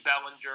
Bellinger